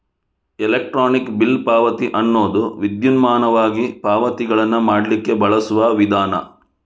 electronic bill ಪಾವತಿ ಅನ್ನುದು ವಿದ್ಯುನ್ಮಾನವಾಗಿ ಪಾವತಿಗಳನ್ನ ಮಾಡ್ಲಿಕ್ಕೆ ಬಳಸುವ ವಿಧಾನ